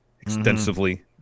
extensively